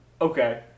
Okay